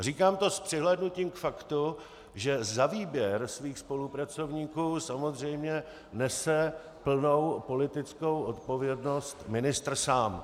Říkám to s přihlédnutím k faktu, že za výběr svých spolupracovníků samozřejmě nese plnou politickou odpovědnost ministr sám.